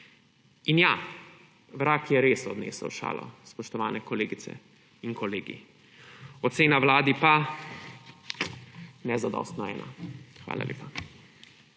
In vrag je res odnesel šalo, spoštovani kolegice in kolegi, ocena vladi pa – nezadostno, ena. Hvala lepa.